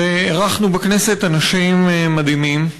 אירחנו בכנסת אנשים מדהימים.